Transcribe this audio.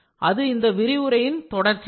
அது இந்த விரிவுரையின் தொடர்ச்சிதான்